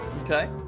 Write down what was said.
Okay